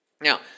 Now